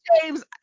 James